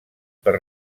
per